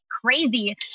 crazy